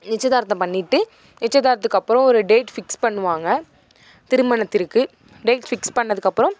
நிச்சயதார்த்தம் பண்ணிவிட்டு நிச்சயதார்த்துக்கு அப்புறோம் ஒரு டேப் பிக்ஸ் பண்ணுவாங்க திருமணத்திற்கு டேட் பிக்ஸ் பண்ணதுக்கு அப்புறம்